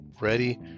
ready